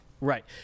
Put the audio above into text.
Right